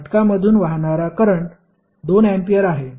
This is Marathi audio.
घटकामधून वाहणारा करंट 2 अँपिअर आहे